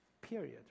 Period